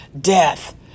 death